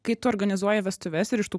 kai tu organizuoji vestuves ir iš tų